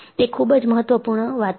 તે ખૂબ જ મહત્વપૂર્ણ વાત છે